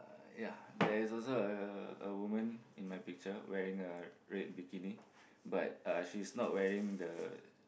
ya there is also a a woman in my picture wearing a red bikini but uh she's not wearing the